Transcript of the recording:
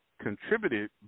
contributed